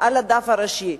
ועל הדף הראשי,